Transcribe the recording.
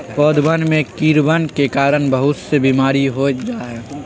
पौधवन में कीड़वन के कारण बहुत से बीमारी हो जाहई